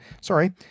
Sorry